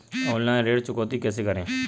Online ऋण चुकौती कैसे करें?